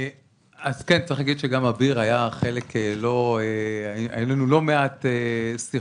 אז כן צריך להגיד שגם לאביר ולי היו לא מעט שיחות,